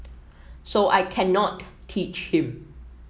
so I cannot teach him